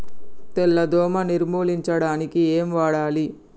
తెల్ల దోమ నిర్ములించడానికి ఏం వాడాలి?